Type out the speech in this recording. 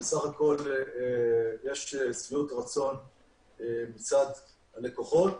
ובסך הכול יש שביעות רצון מצד הלקוחות,